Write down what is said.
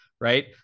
right